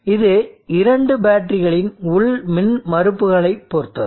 இது இரண்டு பேட்டரிகளின் உள் மின்மறுப்புகளைப் பொறுத்தது